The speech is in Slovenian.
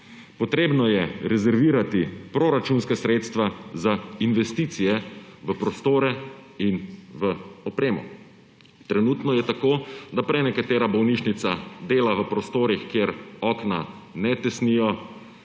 Treba je rezervirati proračunska sredstva za investicije v prostore in v opremo. Trenutno je tako, da prenekatera bolnišnica dela v prostorih, kjer okna ne tesnijo,